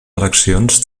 eleccions